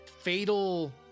fatal